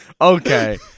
Okay